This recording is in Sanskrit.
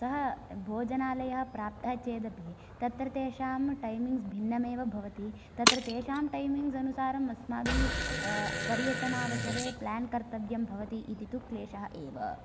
सः भोजनालयः प्राप्तः चेदपि तत्र तेषां टैमिंग्स् भिन्नमेव भवति तत्र तेषां टैमिंग्स् अनुसारम् अस्माभिः पर्यटनावसरे प्लान् कर्तव्यं भवति इति तु क्लेषः एव